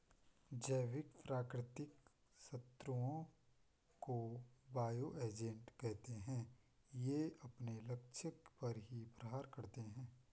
जैविक प्राकृतिक शत्रुओं को बायो एजेंट कहते है ये अपने लक्ष्य पर ही प्रहार करते है